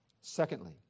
Secondly